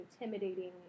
intimidating